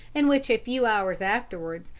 in which, a few hours afterwards,